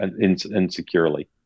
insecurely